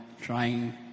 trying